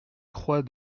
croix